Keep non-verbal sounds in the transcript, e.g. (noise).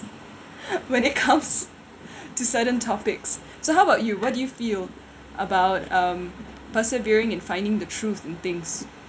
(laughs) when it comes (breath) to certain topics so how about you what do you feel about um persevering in finding the truth in things